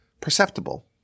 perceptible